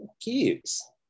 kids